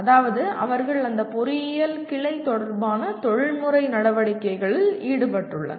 அதாவது அவர்கள் அந்த பொறியியல் கிளை தொடர்பான தொழில் முறை நடவடிக்கைகளில் ஈடுபட்டுள்ளனர்